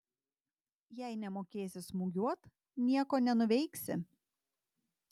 jei nemokėsi smūgiuot nieko nenuveiksi